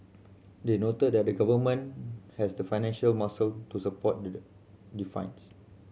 they noted that the Government has the financial muscle to support the defines